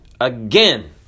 again